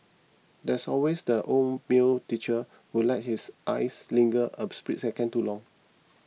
there's always that old male teacher who lets his eyes linger a split second too long